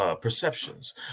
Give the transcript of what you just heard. perceptions